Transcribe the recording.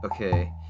Okay